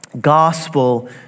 gospel